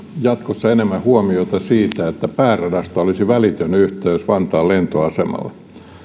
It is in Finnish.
jatkossa enemmän huomiota siihen että pääradasta olisi välitön yhteys vantaan lentoasemalle